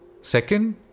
Second